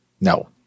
No